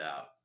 out